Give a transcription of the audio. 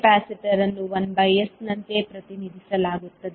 capacitor ಅನ್ನು 1s ನಂತೆ ಪ್ರತಿನಿಧಿಸಲಾಗುತ್ತದೆ